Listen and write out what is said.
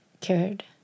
cared